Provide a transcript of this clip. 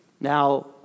Now